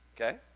Okay